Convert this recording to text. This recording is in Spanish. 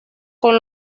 con